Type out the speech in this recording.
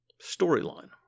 storyline